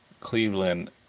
Cleveland